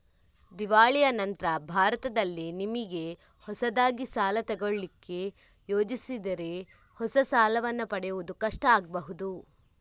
ದಿವಾಳಿಯ ನಂತ್ರ ಭಾರತದಲ್ಲಿ ನಿಮಿಗೆ ಹೊಸದಾಗಿ ಸಾಲ ತಗೊಳ್ಳಿಕ್ಕೆ ಯೋಜಿಸಿದರೆ ಹೊಸ ಸಾಲವನ್ನ ಪಡೆಯುವುದು ಕಷ್ಟ ಆಗ್ಬಹುದು